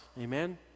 Amen